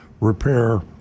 repair